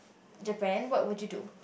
Japan what would you do